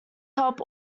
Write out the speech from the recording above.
help